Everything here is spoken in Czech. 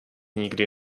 nikdy